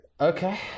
Okay